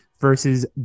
versus